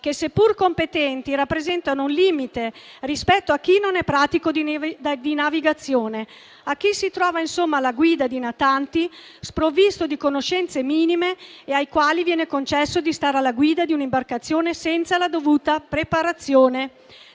che, seppur competenti, rappresentano un limite rispetto a chi non è pratico di navigazione, a chi si trova insomma alla guida di natanti sprovvisto di conoscenze minime e ai quali viene concesso di stare alla guida di un'imbarcazione senza la dovuta preparazione.